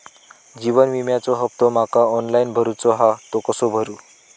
जीवन विम्याचो हफ्तो माका ऑनलाइन भरूचो हा तो कसो भरू?